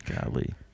Golly